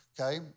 okay